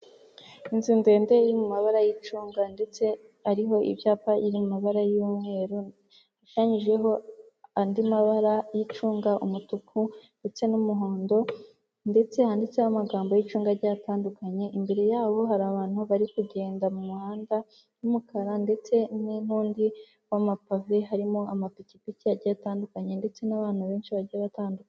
Inzu ndende iri mu mabara y'icunga ndetse hariho ibyapa biri mu mabara y'umweru, hashushanyijeho andi mabara y'icunga, umutuku ndetse n'umuhondo ndetse handitseho amagambo y'icunga agiye atandukanye, imbere yaho hari abantu bari kugenda mu muhanda w'umukara ndetse n'undi w'amapavi, harimo amapikipiki agiye atandukanye ndetse n'abantu benshi bagiye batandukanye.